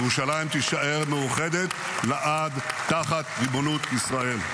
ירושלים תישאר מאוחדת לעד תחת ריבונות ישראל.